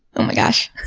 oh my gosh.